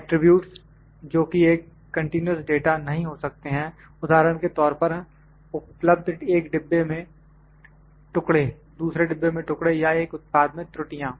attributes जोकि एक continuous data नहीं हो सकते हैं उदाहरण के तौर पर उपलब्ध एक डिब्बे में टुकड़े दूसरे डिब्बे में टुकड़े या एक उत्पाद में त्रुटियां